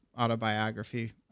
autobiography